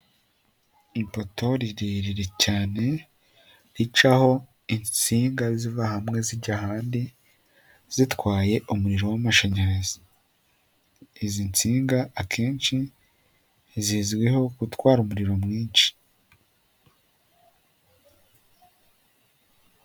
Ipoto rirerire cyane ricaho insinga ziva hamwe zijya ahandi zitwaye umuriro w'amashanyarazi. Izi nsinga akenshi zizwiho gutwara umuriro mwinshi.